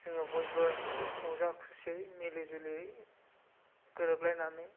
जोङो बयबो रंजा खुसियै मिलि जुलियै गोरोबलायनानै